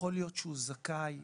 ויכול להיות שהוא זכאי